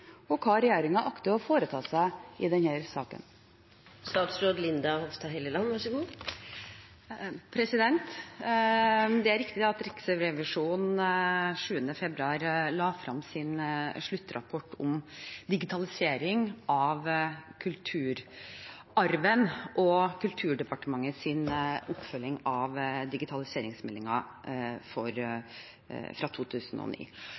og hva regjeringen akter å foreta seg i denne saken. Det er riktig at Riksrevisjonen den 7. februar la frem sin sluttrapport om digitalisering av kulturarven og Kulturdepartementets oppfølging av digitaliseringsmeldingen fra 2009. Her får vi noe kritikk for